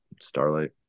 starlight